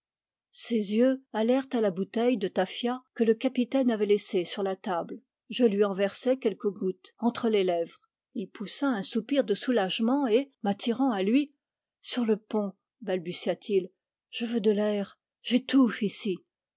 ses yeux allèrent à la bouteille de tafia que le capitaine avait laissée sur la table je lui en versai quelques gouttes entre les lèvres il poussa un soupir de soulagement et m'attirant à lui sur le pont balbutia-t-il je veux de l'air j'étouffe ici